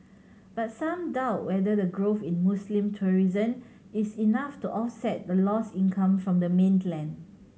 but some doubt whether the growth in Muslim tourism is enough to offset the lost income from the mainland